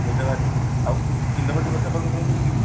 ବହୁତ ଯାଗା ଅଛି ଆଉ କି କିଲୋମିଟର୍ ପିଛା ପଇସା ନେଉଛନ୍ତି କି